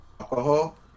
Alcohol